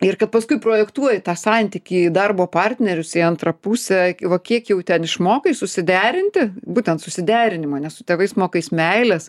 ir kad paskui projektuoji tą santykį į darbo partnerius į antrą pusę o kiek jau ten išmokai susiderinti būtent susiderinimo nes su tėvais mokaisi meilės